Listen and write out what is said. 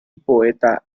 poeta